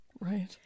Right